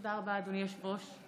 תודה רבה, אדוני היושב-ראש.